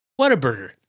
Whataburger